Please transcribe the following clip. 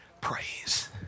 praise